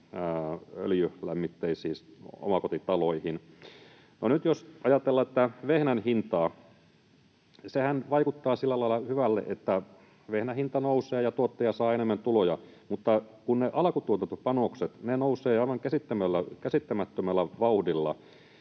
öljylämmitteisiin omakotitaloihin. No nyt jos ajatellaan vehnän hintaa — sehän vaikuttaa sillä lailla hyvältä, että vehnän hinta nousee ja tuottaja saa enemmän tuloja, mutta kun ne alkutuotantopanokset nousevat aivan käsittämättömällä vauhdilla.